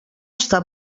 està